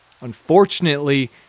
unfortunately